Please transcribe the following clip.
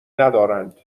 ندارند